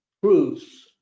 proofs